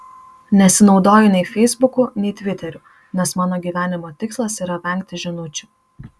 nesinaudoju nei feisbuku nei tviteriu nes mano gyvenimo tikslas yra vengti žinučių